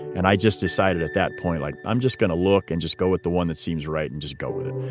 and i just decided at that point, like, i'm just going to look and just go with the one that seems right and just go with it.